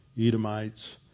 Edomites